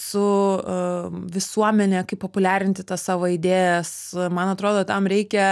su visuomene kaip populiarinti tas savo idėjas man atrodo tam reikia